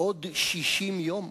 עוד 60 יום?